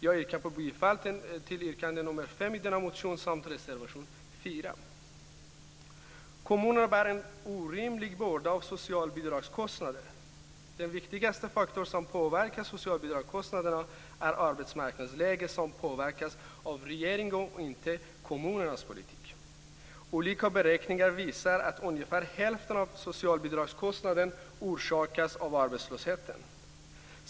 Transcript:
Jag yrkar bifall till yrkande nr 5 i motionen samt till reservation Kommunerna bär en orimlig börda för socialbidragskostnaderna. Den viktigaste faktorn som påverkar socialbidragskostnaderna är arbetsmarknadsläget som påverkas av regeringens, inte kommunernas, politik. Olika beräkningar visar att ungefär hälften av socialbidragskostnaden orsakas av arbetslösheten.